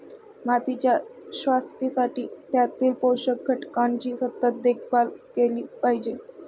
मातीच्या शाश्वततेसाठी त्यातील पोषक घटकांची सतत देखभाल केली पाहिजे